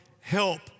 help